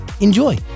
enjoy